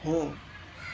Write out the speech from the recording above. हो